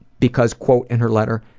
because quote, in her letter,